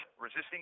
resisting